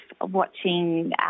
watching